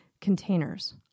containers